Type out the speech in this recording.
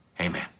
Amen